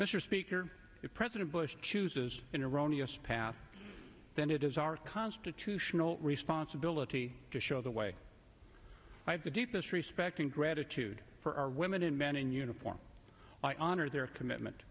mr speaker if president bush chooses an erroneous path then it is our constitutional responsibility to show the way i have the deepest respect and gratitude for our women and men in uniform i honor their commitment